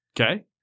Okay